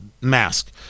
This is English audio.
mask